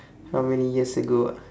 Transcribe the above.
how many years ago ah